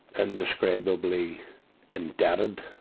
and indescribably indebted,